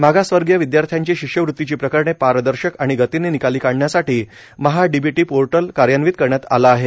मागासवर्गीय विदयार्थ्यांची शिष्यवृतीची प्रकरणे पारदर्शक आणि गतीने निकाली काढण्यासाठी महाडीबीटी पोर्टल कार्यान्वित करण्यात आला आहे